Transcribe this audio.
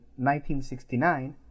1969